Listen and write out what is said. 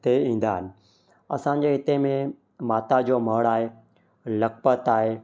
हिते ईंदा आहिनि असांजे हिते में माता जो मड़ आहे लखपत आहे